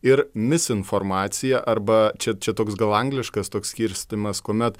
ir misinformacija arba čia čia toks gal angliškas toks skirstymas kuomet